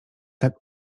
tak